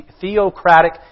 theocratic